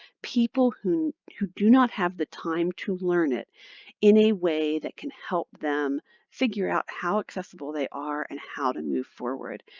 people who who do not have the time to learn it in a way that can help them figure out how accessible they are and how to move forward.